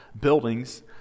buildings